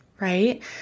right